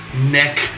neck